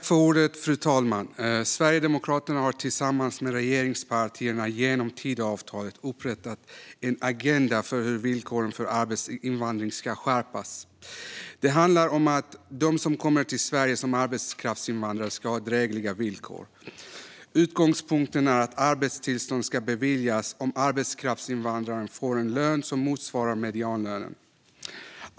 Fru talman! Sverigedemokraterna har tillsammans med regeringspartierna genom Tidöavtalet upprättat en agenda för hur villkoren för arbetskraftsinvandring ska skärpas. Det handlar om att de som kommer till Sverige som arbetskraftsinvandrare ska ha drägliga villkor. Utgångspunkten är att arbetstillstånd ska beviljas om arbetskraftsinvandraren får en lön som motsvarar medianlönen.